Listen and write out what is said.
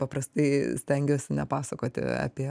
paprastai stengiuosi nepasakoti apie